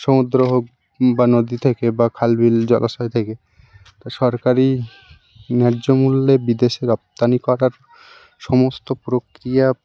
সমুদ্র হোক বা নদী থেকে বা খাল বিল জলাশয় থেকে তা সরকারি ন্যায্য মূল্যে বিদেশে রপ্তানি করার সমস্ত প্রক্রিয়া